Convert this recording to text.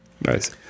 Nice